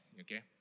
Okay